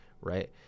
Right